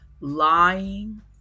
lying